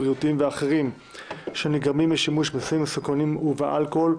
הבריאותיים והאחרים שנגרמים משימוש בסמים מסוכנים ובאלכוהול,